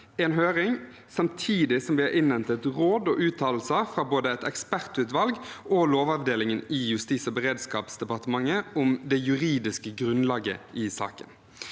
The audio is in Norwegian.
en høring, samtidig som vi har innhentet råd og uttalelser fra både et ekspertutvalg og lovavdelingen i Justis- og beredskapsdepartementet om det juridiske grunnlaget i saken.